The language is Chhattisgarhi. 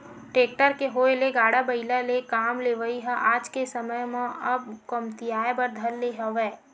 टेक्टर के होय ले गाड़ा बइला ले काम लेवई ह आज के समे म अब कमतियाये बर धर ले हवय